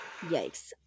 Yikes